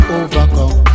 overcome